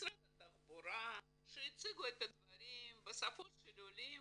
משרד התחבורה שיציגו את הדברים בשפת העולים